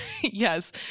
Yes